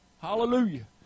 Hallelujah